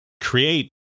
create